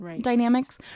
dynamics